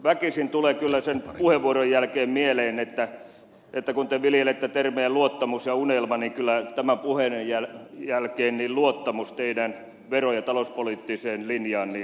väkisin tulee kyllä sen puheenvuoron jälkeen mieleen kun te viljelette termejä luottamus ja unelma että kyllä tämän puheenne jälkeen luottamus teidän vero ja talouspoliittiseen linjaanne on unelma vain